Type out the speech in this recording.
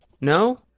no